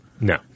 No